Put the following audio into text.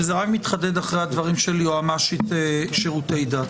וזה רק מתחדד אחרי הדברים של יועמ"שית שירותי דת.